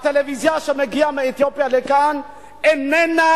הטלוויזיה שמגיעה מאתיופיה לכאן איננה